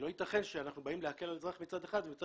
לא יתכן שאנחנו באים להקל על אזרח מצד אחד ומצד